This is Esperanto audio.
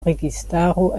registaro